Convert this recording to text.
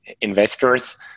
investors